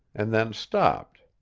and then stopped.